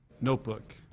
notebook